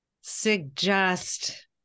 suggest